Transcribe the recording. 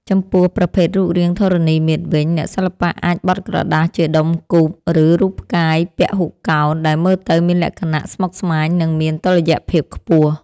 ចំពោះប្រភេទរូបរាងធរណីមាត្រវិញ អ្នកសិល្បៈអាចបត់ក្រដាសជាដុំគូប ឬរូបផ្កាយពហុកោណដែលមើលទៅមានលក្ខណៈស្មុគស្មាញ និងមានតុល្យភាពខ្ពស់។